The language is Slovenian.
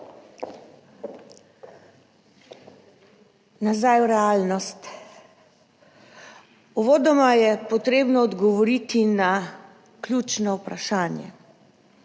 Nazaj v realnost. Uvodoma je potrebno odgovoriti na ključno vprašanje,